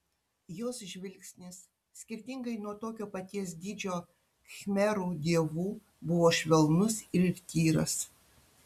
jos žvilgsnis skirtingai nuo tokio paties dydžio khmerų dievų buvo švelnus ir tyras